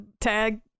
tag